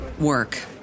Work